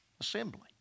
assembly